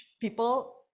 people